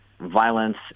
violence